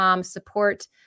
support